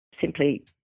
simply